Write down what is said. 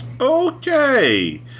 Okay